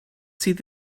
sydd